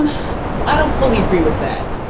and i don't fully agree with that.